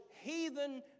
heathen